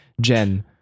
Jen